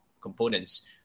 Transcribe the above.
components